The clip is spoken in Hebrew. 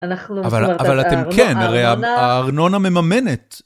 אבל אתם כן, הרי הארנונה מממנת.